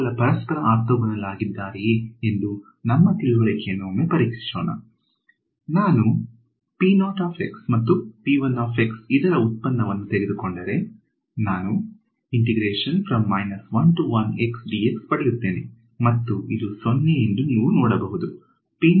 ಇವುಗಳು ಪರಸ್ಪರ ಆರ್ಥೋಗೋನಲ್ ಆಗಿದ್ದಾರೆಯೇ ಎಂದು ನಮ್ಮ ತಿಳುವಳಿಕೆಯನ್ನು ಒಮ್ಮೆ ಪರೀಕ್ಷಿಸೋಣ ನಾನು ಮತ್ತು ಇದರ ಉತ್ಪನ್ನವನ್ನು ತೆಗೆದುಕೊಂಡರೆ ನಾನು ಪಡೆಯುತ್ತೇನೆ ಮತ್ತು ಇದು 0 ಎಂದು ನೀವು ನೋಡಬಹುದು